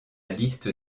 liste